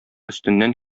өстеннән